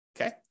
okay